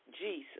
Jesus